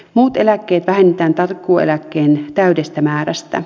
muut eläkkeet vähennetään takuueläkkeen täydestä määrästä